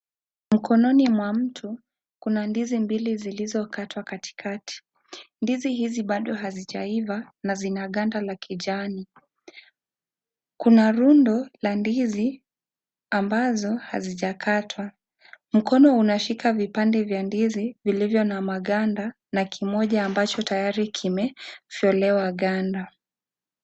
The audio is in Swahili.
Mkononi mwa mtu kuna ndizi mbili zilizokatwa katikati . Ndizi hizi bado hazijaiva na zina ganda la kijani. Kuna rundo la ndizi ambazo hazijakatwa . Mkono unashika vipande vya ndizi vilivyo na maganda na kimoja ambacho tayari kimetolewa ganda .